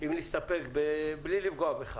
אם נסתפק בלי לפגוע בך